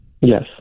Yes